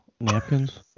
Napkins